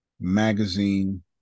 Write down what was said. magazine